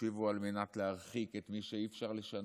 תקשיבו על מנת להרחיק את מי שאי-אפשר לשנות,